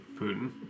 Putin